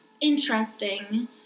interesting